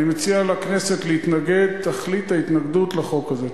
אני מציע לכנסת להתנגד תכלית ההתנגדות לחוק הזה.